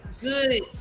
good